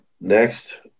Next